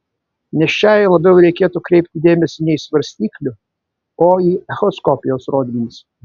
nėščiajai labiau reikėtų kreipti dėmesį ne į svarstyklių o į echoskopijos rodmenis